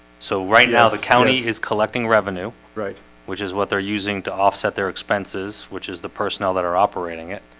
so right now the county is collecting revenue, right which is what they're using to offset their expenses which is the personnel that are operating it?